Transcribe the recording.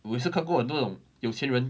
我也是看过很多那种有钱人